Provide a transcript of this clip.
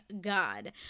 God